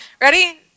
Ready